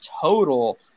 total